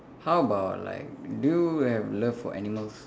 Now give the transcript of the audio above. how about like do you have love for animals